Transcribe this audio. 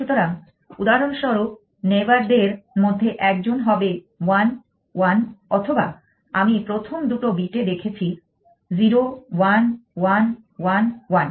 সুতরাং উদাহরণস্বরূপ নেইবার দের মধ্যে একজন হবে 1 1 অথবা আমি প্রথম দুটো bit এ দেখছি 0 1 1 1 1